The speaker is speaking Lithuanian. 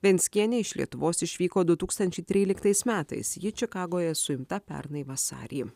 venckienė iš lietuvos išvyko du tūkstančiai tryliktais metais ji čikagoje suimta pernai vasarį